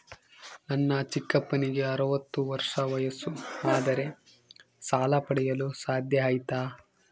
ನನ್ನ ಚಿಕ್ಕಪ್ಪನಿಗೆ ಅರವತ್ತು ವರ್ಷ ವಯಸ್ಸು ಆದರೆ ಸಾಲ ಪಡೆಯಲು ಸಾಧ್ಯ ಐತಾ?